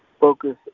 focus